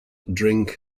drink